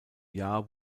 jahr